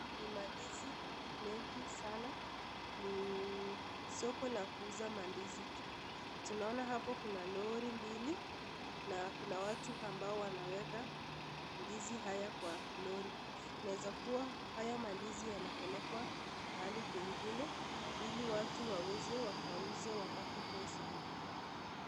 Ni mandizi mengi sana, ni soko la kuuza mandizi tu tunaoan hapo kuna lori mbili na kuna watu ambao wanaweka ndizi haya kwa lori. Inaweza kuwa haya mandizi yanapelekwa mahali pengine ili watu waweze wakauze wapate pesa.